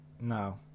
No